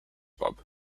pub